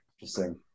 Interesting